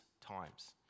times